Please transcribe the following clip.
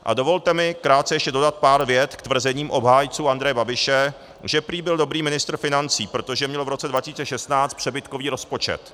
A dovolte mi krátce ještě dodat pár vět k tvrzením obhájců Andreje Babiše, že prý byl dobrý ministr financí, protože měl v roce 2016 přebytkový rozpočet.